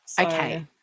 Okay